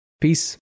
Peace